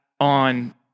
on